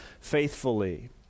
faithfully